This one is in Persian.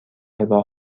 راه